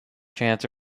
chance